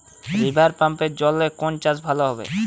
রিভারপাম্পের জলে কোন চাষ ভালো হবে?